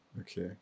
okay